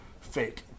fake